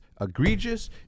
egregious